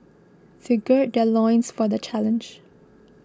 they gird their loins for the challenge